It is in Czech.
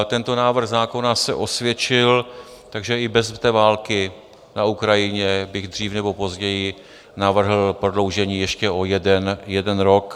Tento návrh zákona se osvědčil, takže i bez války na Ukrajině bych dřív nebo později navrhl prodloužení ještě o jeden rok.